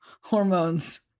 hormones